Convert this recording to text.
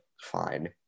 fine